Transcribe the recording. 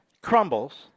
crumbles